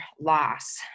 loss